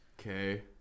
Okay